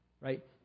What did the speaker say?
Right